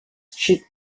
sheath